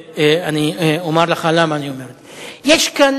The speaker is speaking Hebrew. ואני אומַר לך למה אני אומר את זה: יש כאן